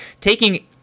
taking